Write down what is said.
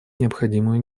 необходимую